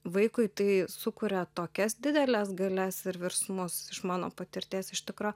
vaikui tai sukuria tokias dideles galias ir virsmus iš mano patirties iš tikro